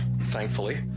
thankfully